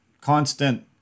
constant